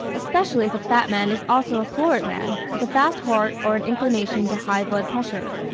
especially if the fat man is also a florid man with a fast heart or an inclination to high blood pressure.